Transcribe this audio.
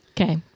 Okay